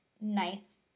nice